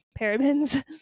parabens